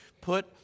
put